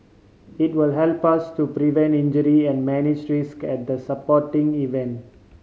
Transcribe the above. it will help us to prevent injury and manage risk at the sporting event